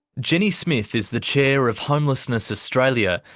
jenny smith is the chair of homelessness australia,